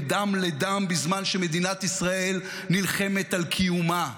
דם לדם בזמן שמדינת ישראל נלחמת על קיומה.